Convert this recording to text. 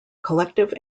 collective